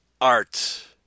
art